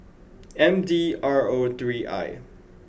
M D R O three I